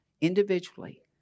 individually